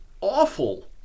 awful